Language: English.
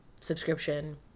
subscription